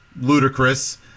ludicrous